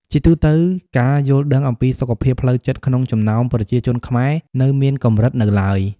ជាទូទៅ ការយល់ដឹងអំពីសុខភាពផ្លូវចិត្តក្នុងចំណោមប្រជាជនខ្មែរនៅមានកម្រិតនៅឡើយ។